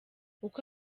uko